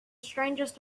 strangest